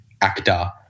actor